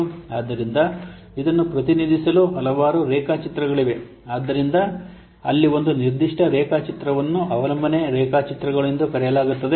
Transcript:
ಆದ್ದರಿಂದ ಇದನ್ನು ಪ್ರತಿನಿಧಿಸಲು ಹಲವಾರು ರೇಖಾಚಿತ್ರಗಳಿವೆ ಆದ್ದರಿಂದ ಅಲ್ಲಿ ಒಂದು ನಿರ್ದಿಷ್ಟ ರೇಖಾಚಿತ್ರವನ್ನು ಅವಲಂಬನೆ ರೇಖಾಚಿತ್ರಗಳು ಎಂದು ಕರೆಯಲಾಗುತ್ತದೆ